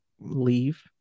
leave